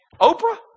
Oprah